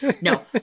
No